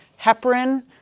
Heparin